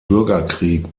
bürgerkrieg